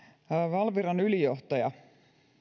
valviran ylijohtaja